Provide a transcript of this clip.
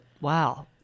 wow